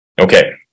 Okay